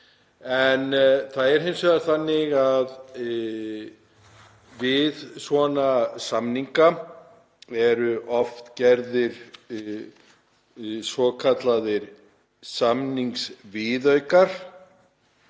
Það er hins vegar þannig að við svona samninga eru oft gerðir svokallaðir samningsviðaukar